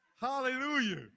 Hallelujah